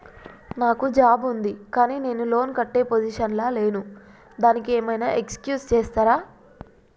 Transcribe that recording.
నాకు జాబ్ ఉంది కానీ నేను లోన్ కట్టే పొజిషన్ లా లేను దానికి ఏం ఐనా ఎక్స్క్యూజ్ చేస్తరా?